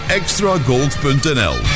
extragold.nl